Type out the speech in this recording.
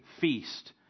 feast